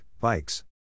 Bikes